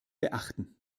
beachten